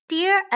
Dear